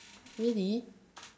really